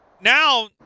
Now